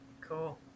cool